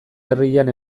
herrian